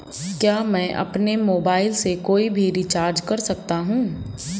क्या मैं अपने मोबाइल से कोई भी रिचार्ज कर सकता हूँ?